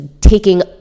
taking